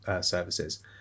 services